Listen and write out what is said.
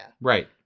Right